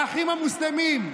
באחים המוסלמים.